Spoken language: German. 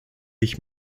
ich